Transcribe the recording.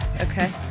Okay